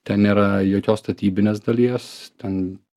ten nėra jokios statybinės dalies ten